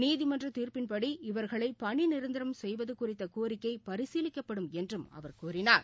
நீதிமன்ற தீர்ப்பின்படி இவர்களை பணி நிரந்தரம் செய்வது குறித்த கோரிக்கை பரிசீலிக்கப்படும் என்றும் அவர் கூறினார்